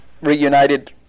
reunited